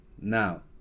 Now